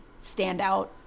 standout